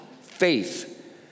Faith